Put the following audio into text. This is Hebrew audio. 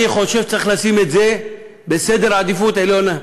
אני חושב שצריך לשים את זה בעדיפות עליונה,